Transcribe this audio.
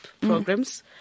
programs